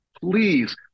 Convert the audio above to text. Please